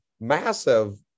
massive